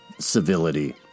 civility